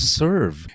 serve